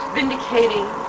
vindicating